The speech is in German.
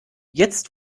jetzt